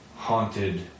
Haunted